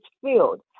field